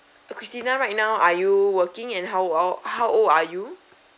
christina right now are you working and how old how old are you